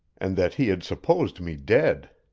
and that he had supposed me dead.